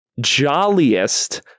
jolliest